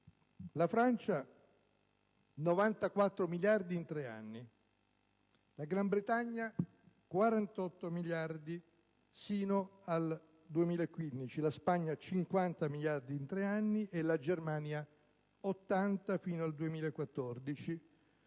la Francia, 94 miliardi in tre anni; la Gran Bretagna 48 miliardi fino al 2015; la Spagna 50 miliardi in tre anni; e la Germania, 80 miliardi fino al 2014